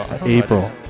April